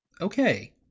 Okay